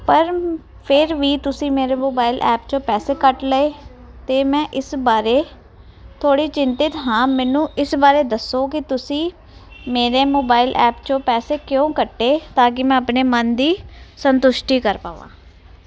ਪਰ ਫਿਰ ਵੀ ਤੁਸੀਂ ਮੇਰੇ ਮੋਬਾਈਲ ਐਪ 'ਚੋਂ ਪੈਸੇ ਕੱਟ ਲਏ ਅਤੇ ਮੈਂ ਇਸ ਬਾਰੇ ਥੋੜ੍ਹੀ ਚਿੰਤਿਤ ਹਾਂ ਮੈਨੂੰ ਇਸ ਬਾਰੇ ਦੱਸੋ ਕਿ ਤੁਸੀਂ ਮੇਰੇ ਮੋਬਾਈਲ ਐਪ 'ਚੋਂ ਪੈਸੇ ਕਿਉਂ ਕੱਟੇ ਤਾਂ ਕਿ ਮੈਂ ਆਪਣੇ ਮਨ ਦੀ ਸੰਤੁਸ਼ਟੀ ਕਰ ਪਾਵਾਂ